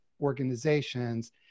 organizations